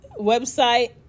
website